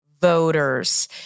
voters